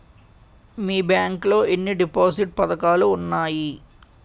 మీ bank లో ఎన్ని deposit పథకాలు ఉన్నాయి?